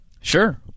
sure